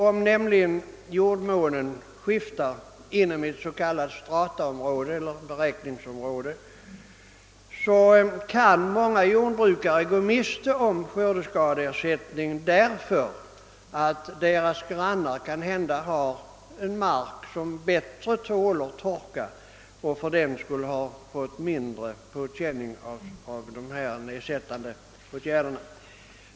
Om jordmånen: skiftar inom ett s.k. strataområde eller beräkningsområde, kan många jordbrukare gå miste om skördeskadeersättning därför att deras grannar kanhända har en mark som bättre tål torka och fördenskull fått mindre känning av den.